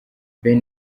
ben